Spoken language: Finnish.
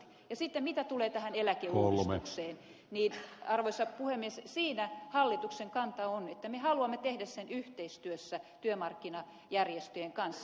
ja sitten mitä tulee tähän eläkeuudistukseen niin arvoisa puhemies siinä hallituksen kanta on että me haluamme tehdä sen yhteistyössä työmarkkinajärjestöjen kanssa